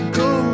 go